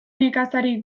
nekazari